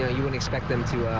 ah you and expect them